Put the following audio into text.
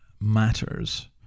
matters